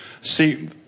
See